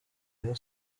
rayon